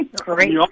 great